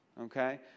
okay